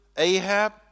Ahab